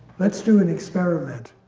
let's do an experiment.